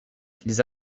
les